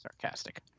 Sarcastic